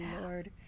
Lord